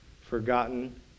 forgotten